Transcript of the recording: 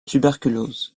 tuberculose